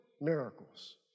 miracles